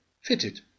fitted